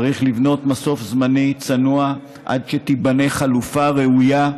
צריך לבנות מסוף זמני צנוע עד שתיבנה חלופה ראויה,